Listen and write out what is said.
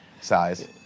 size